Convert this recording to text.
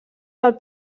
del